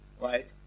right